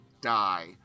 die